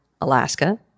Alaska